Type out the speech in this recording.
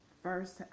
First